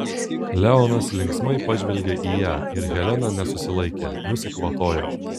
leonas linksmai pažvelgė į ją ir helena nesusilaikė nusikvatojo